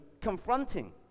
confronting